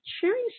sharing